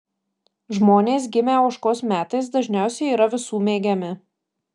žmonės gimę ožkos metais dažniausiai yra visų mėgiami